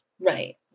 right